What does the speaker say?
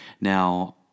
Now